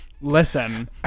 Listen